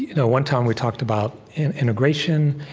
you know one time, we talked about integration,